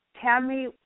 Tammy